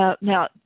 Now